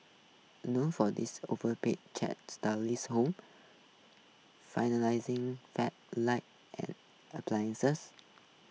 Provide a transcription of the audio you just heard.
known for this overpriced chic stylish home lighting and appliances